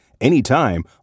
anytime